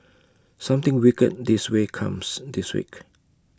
something wicked this way comes this week